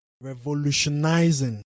revolutionizing